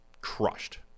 crushed